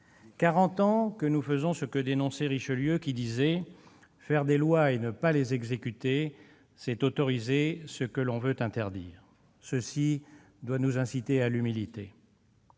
ans que nous faisons ce que dénonçait Richelieu, lequel disait :« Faire des lois et ne pas les faire exécuter, c'est autoriser ce qu'on veut interdire. » Cette phrase doit nous inciter à l'humilité.